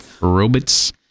robots